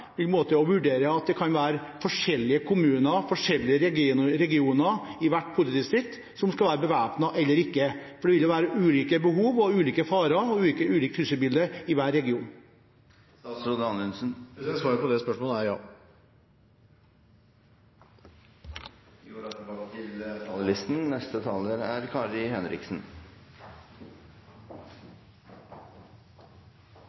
vi også oppleve – hvis det skulle skulle bli en framtidig politikk – at de ulike politimesterne i de nye politidistriktene vil måtte vurdere om det kan være forskjellige kommuner og forskjellige regioner i hvert politidistrikt som skal være bevæpnet eller ikke? For det vil jo være ulike behov, ulike farer og ulikt trusselbilde i hver region. Svaret på det spørsmålet er ja.